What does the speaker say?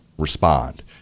respond